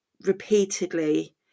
repeatedly